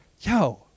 yo